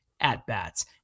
at-bats